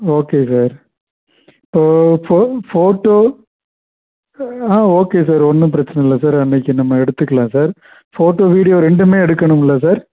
okay sir இப்போ phone photo okay sir ஒன்று பிரச்சினை இல்லை சார் அன்றைக்கு நம்ம எடுத்துக்கலாம் சார் ஃபோட்டோ வீடியோ ரெண்டுமே எடுக்கணுங்களா சார்